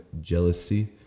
jealousy